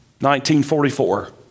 1944